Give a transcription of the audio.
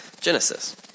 Genesis